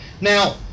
Now